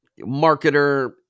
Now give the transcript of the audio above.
marketer